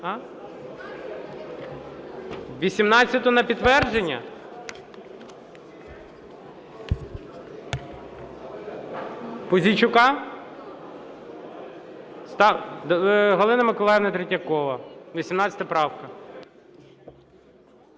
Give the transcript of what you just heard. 18-у на підтвердження? Пузійчука? Галина Миколаївна Третьякова, 18 правка.